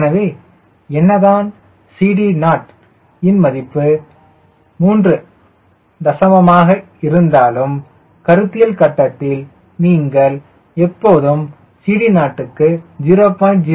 எனவே என்னதான் CD0 இன் மதிப்பு 3 தசமமாக இருந்தாலும் கருத்தியல் கட்டத்தில் நீங்கள் எப்போதும் CD0 க்கு 0